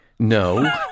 No